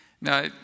Now